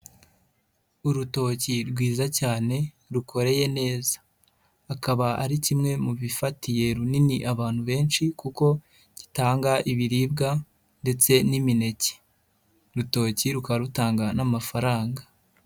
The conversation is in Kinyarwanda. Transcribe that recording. Urutoki rwiza cyane rukoreye neza akaba ari kimwe mu bifatiye runini abantu benshi kuko gitanga ibiribwa ndetse n'imineke, urutoki rukaba rutanga n'amafaranga.